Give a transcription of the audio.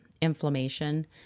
inflammation